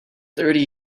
thirty